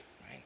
right